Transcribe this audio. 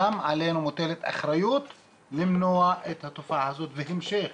גם עלינו מוטלת אחריות למנוע את התופעה הזאת והמשך